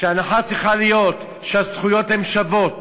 ההנחה צריכה להיות שהזכויות הן שוות,